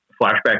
flashback